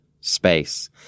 space